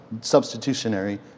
substitutionary